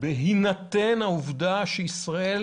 בהינתן העובדה שישראל